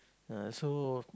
ah so